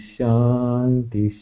Shanti